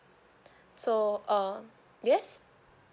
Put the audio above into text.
so uh yes